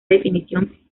definición